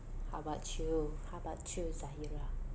how bout you how bout you zahirah